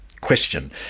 question